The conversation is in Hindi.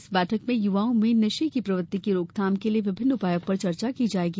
इस बैठक में युवाओं में नशे की प्रवत्ति की रोकथाम के लिये विभिन्न उपायों पर चर्चा की जायेगी